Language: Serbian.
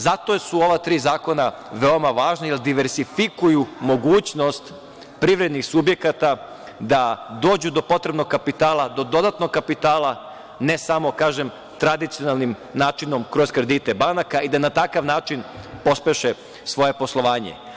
Zato su ova tri zakona veoma važna, jer diversifikuju mogućnost privrednih subjekata da dođu do potrebnog kapitala, do dodatnog kapitala, ne samo, kažem, tradicionalnim načinom, kroz kredite banaka, i da na takav način pospeše svoje poslovanje.